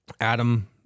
Adam